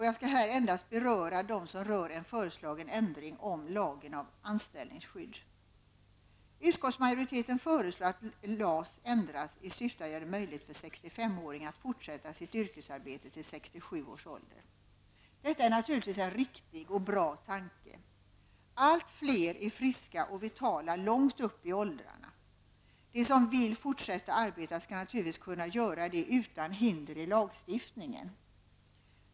Jag skall här beröra bara dem som rör en föreslagen ändring av lagen om anställningsskydd, Utskottsmajoriteten föreslår att LAS ändras i syfte att göra det möjligt för 65-åringar att fortsätta sitt yrkesarbete fram till 67 års ålder. Detta är naturligtvis en riktig och bra tanke. Allt fler är ju friska och vitala långt upp i åldrarna. De som vill fortsätta att arbeta skall naturligtvis kunna göra det utan hinder i lagstiftningen.